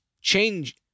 change